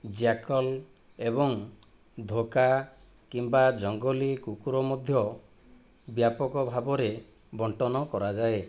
jackal ଏବଂ ଧୋକା କିମ୍ବା ଜଙ୍ଗଲୀ କୁକୁର ମଧ୍ୟ ବ୍ୟାପକ ଭାବରେ ବଣ୍ଟନ କରାଯାଏ